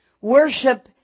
worship